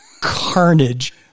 carnage